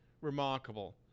remarkable